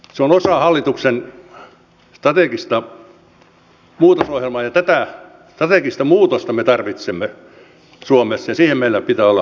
se on osa hallituksen strategista muutosohjelmaa ja tätä strategista muutosta me tarvitsemme suomessa ja siihen meillä pitää olla valmius